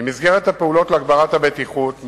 במסגרת הפעולות להגברת הבטיחות,